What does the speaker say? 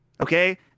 Okay